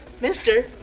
Mister